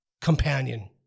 companion